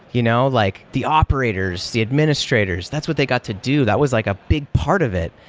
you know like the operators, the administrators. that's what they got to do. that was like a big part of it.